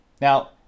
Now